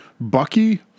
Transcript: Bucky